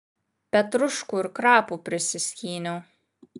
petruškų ir krapų prisiskyniau